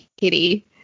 kitty